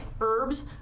Herbs